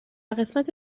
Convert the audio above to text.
قسمت